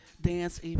dance